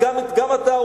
גם אתה,